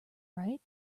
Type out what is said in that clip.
right